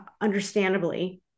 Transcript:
understandably